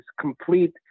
complete